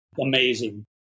amazing